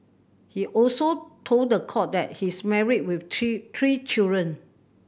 he also told the court that he's married with three children